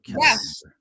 yes